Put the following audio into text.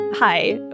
Hi